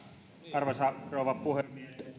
arvoisa rouva puhemies